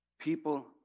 people